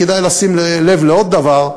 כדאי לשים לב לעוד דבר: